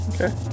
Okay